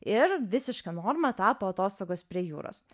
ir visiška norma tapo atostogos prie jūros